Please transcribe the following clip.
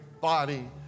body